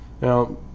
Now